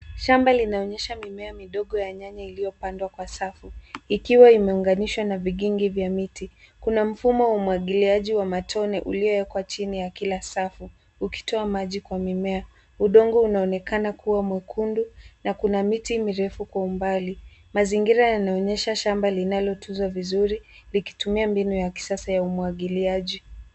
Shamba linaonyesha mimea midogo ya nyanya iliyopandwa kwa safu. Ikiwa kimeunganishwa na vikingi cha miti na mfumo wa umwangiliaji wa matone uliowekwa chini ya kila safu ukitoa maji kwa mimea. Udongo unaonekana kuwa mwekundu na kuna miti mirefu kwa umbali. Mazingira yanaonyesha shamba linalotuzwa vizuri likitumia mbinu ya kisasa ya umwagiliaji.